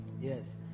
yes